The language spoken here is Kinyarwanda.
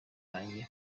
banjye